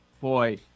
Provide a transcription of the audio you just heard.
Boy